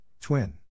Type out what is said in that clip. twin